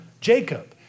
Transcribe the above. Jacob